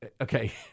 Okay